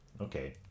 okay